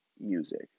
music